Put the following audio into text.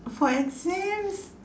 for exams